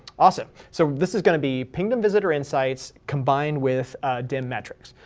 awesome, so this is going to be pingdom visitor insights combined with dem metrics.